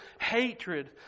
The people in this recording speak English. hatred